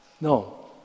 No